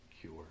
cure